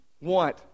want